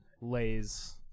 lays